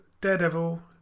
Daredevil